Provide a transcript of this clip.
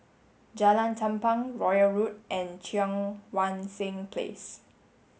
Jalan Tumpu Royal Road and Cheang Wan Seng Place